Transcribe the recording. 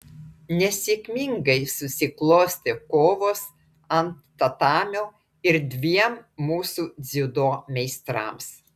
nesėkmingai susiklostė kovos ant tatamio ir dviem mūsų dziudo meistrams